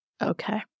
Okay